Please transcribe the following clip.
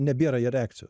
nebėra ir reakcijų